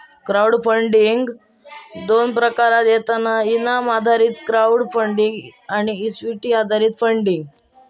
crowd funding दोन प्रकारात येता इनाम आधारित क्राउड फंडिंग आणि इक्विटी आधारित फंडिंग